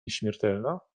nieśmiertelna